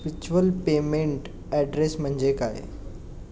Virtual payment address म्हणजे काय?